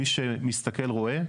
מי שמסתכל רואה,